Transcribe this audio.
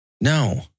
No